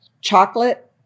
Chocolate